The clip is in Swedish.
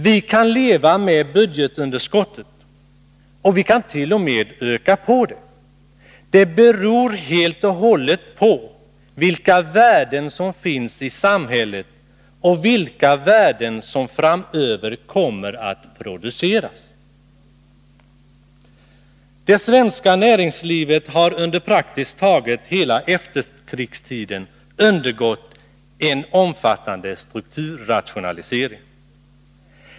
Vi kan leva med budgetunderskottet — vi kan t.o.m. öka på det. Det beror helt och hållet på vilka värden som finns i samhället och vilka värden som framöver kommer att produceras. Det svenska näringslivet har under praktiskt taget hela efterkrigstiden undergått en omfattande strukturrationalisering.